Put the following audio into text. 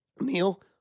Neil